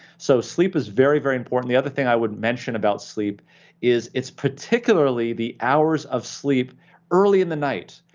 so sleep is very, very important. the other thing i would mention about sleep is it's particularly the hours of sleep early in the night.